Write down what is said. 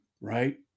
right